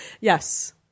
Yes